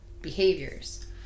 behaviors